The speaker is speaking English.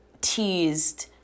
teased